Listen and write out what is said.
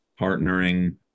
partnering